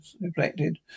reflected